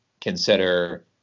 consider